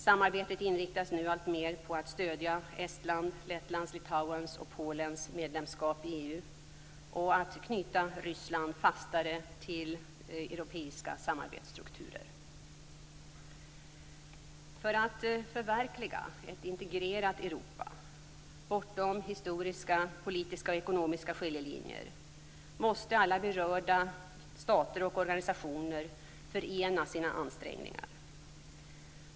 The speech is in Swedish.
Samarbetet inriktas nu alltmer på att stödja Estlands, Lettlands, Litauens och Polens medlemskap i EU och på att knyta Ryssland fastare till europeiska samarbetsstrukturer. För att förverkliga ett integrerat Europa - bortom historiska, politiska och ekonomiska skiljelinjer - måste alla berörda stater och organisationer förena sina ansträngningar.